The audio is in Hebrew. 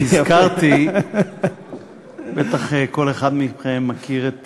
נזכרתי, בטח כל אחד מכם מכיר את